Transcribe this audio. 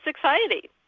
society